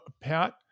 Pat